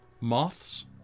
Moths